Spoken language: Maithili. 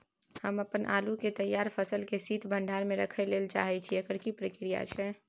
हम अपन आलू के तैयार फसल के शीत भंडार में रखै लेल चाहे छी, एकर की प्रक्रिया छै?